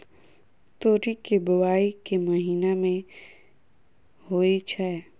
तोरी केँ बोवाई केँ महीना मे होइ छैय?